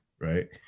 right